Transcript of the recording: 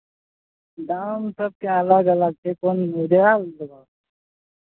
दाम सभके अलग अलग छै कोन उजरा लेबै